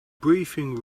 briefing